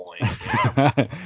point